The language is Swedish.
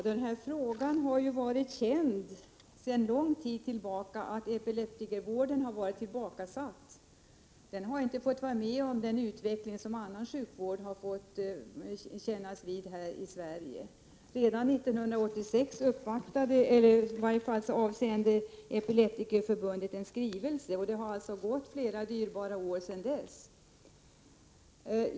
Herr talman! Det har varit känt sedan lång tid tillbaka att epileptikervården har varit tillbakasatt. Den har inte fått vara med om den utveckling som kommit annan sjukvård till del. Redan 1986 avsände Epileptikerförbundet en skrivelse, och det har gått flera dyrbara år sedan dess.